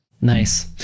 Nice